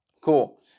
Cool